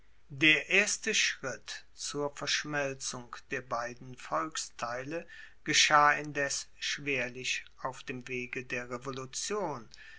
der erste schritt zur verschmelzung der beiden volksteile geschah indes schwerlich auf dem wege der revolution